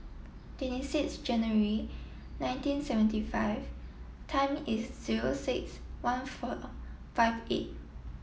twenty six January nineteen seventy five time is zero six one four five eight